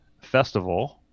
festival